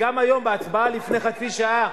גם היום, בהצבעה לפני חצי שעה,